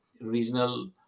regional